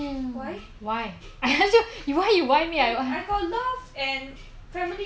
你没有听过啊你的朋友是讲什么出外靠朋友然后什么什么什么